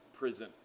Prison